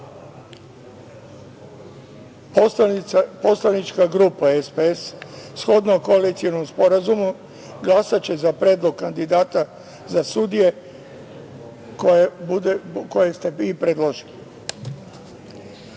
mene. Poslanička grupa SPS, shodno koalicionom sporazumu, glasaće za predlog kandidata za sudije koje ste vi predložili.